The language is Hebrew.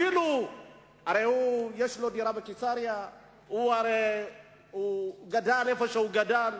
יש לו דירה בקיסריה והוא גדל איפה שהוא גדל,